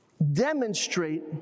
demonstrate